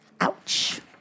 Ouch